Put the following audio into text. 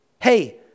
Hey